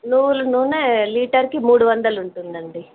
నూలు నూనె లీటర్కి మూడు వందలు ఉంటుందండి